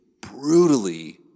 brutally